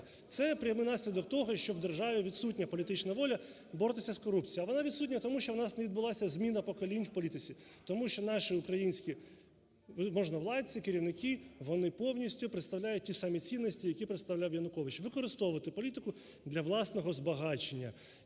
Це прямий наслідок того, що в державі відсутня політична воля боротися з корупцією, а вона відсутня, тому що у нас не відбулася зміна поколінь в політиці. Тому що наші українські можновладці, керівники - вони повністю представляють ті самі цінності, які представляв Янукович6 використовувати політику для власного збагачення.